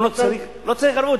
לא צריך ערבות,